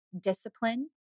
discipline